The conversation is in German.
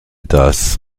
das